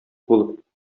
булып